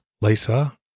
Lisa